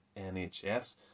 NHS